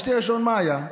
משתה ראשון, מה היה?